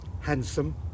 handsome